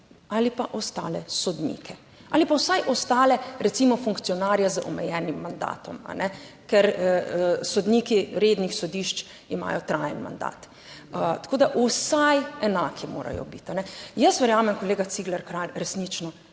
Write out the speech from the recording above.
ali pa ostale sodnike ali pa vsaj ostale, recimo funkcionarje z omejenim mandatom. Ker sodniki rednih sodišč imajo trajen mandat. Tako da, vsaj enaki morajo biti. Jaz verjamem, kolega Cigler Kralj, resnično,